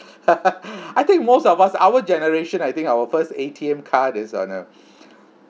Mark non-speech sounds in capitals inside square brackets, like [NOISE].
[LAUGHS] [BREATH] I think most of us our generation I think our first A_T_M card is on uh